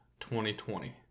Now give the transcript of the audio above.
2020